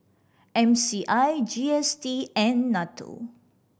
M C I G S T and NATO